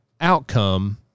outcome